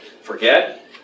forget